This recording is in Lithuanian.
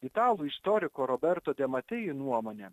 italų istoriko roberto demateji nuomone